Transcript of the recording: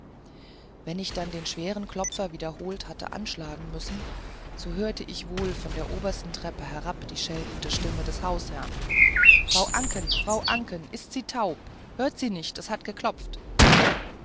wenn ich dann den schweren klopfer wiederholt hatte anschlagen müssen so hörte ich wohl von der obersten treppe herab die scheltende stimme des hausherrn frau anken frau anken ist sie taub hört sie nicht es hat geklopft